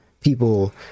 people